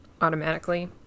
automatically